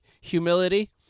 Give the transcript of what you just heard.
humility